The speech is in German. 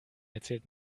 erzählt